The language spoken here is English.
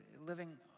living